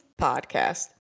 Podcast